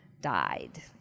died